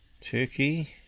Turkey